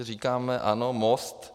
Říkáme ano, Most.